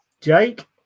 Jake